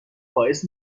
باعث